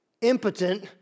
impotent